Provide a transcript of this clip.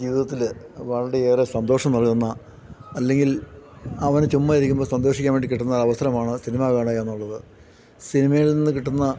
ജീവിതത്തിൽ വളരെ ഏറെ സന്തോഷം നൽകുന്ന അല്ലെങ്കിൽ അവന് ചുമ്മാതെ ഇരിക്കുമ്പോൾ സന്തോഷിക്കാൻ വേണ്ടി കിട്ടുന്ന ഒരു അവസരമാണ് സിനിമ കാണുക എന്നുള്ളത് സിനിമയിൽ നിന്ന് കിട്ടുന്ന